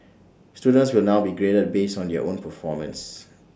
students will now be graded based on your own performance